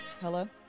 Hello